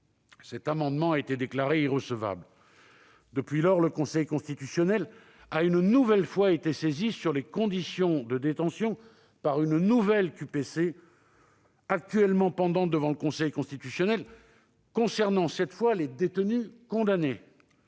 cet amendement a été déclaré irrecevable. Depuis lors, le Conseil constitutionnel a une nouvelle fois été saisi sur les conditions de détention par une nouvelle QPC, actuellement pendante devant lui, concernant cette fois les détenus condamnés.